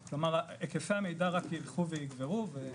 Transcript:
היקפי המידע רק ילכו ויגברו.